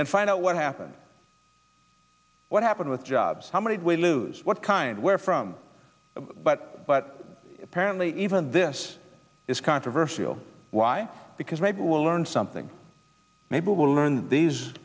and find out what happened what happened with jobs how many we lose what kind wherefrom but apparently even this is controversial why because maybe we will learn something maybe we will learn